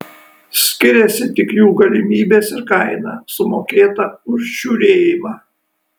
skiriasi tik jų galimybės ir kaina sumokėta už žiūrėjimą